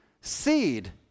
seed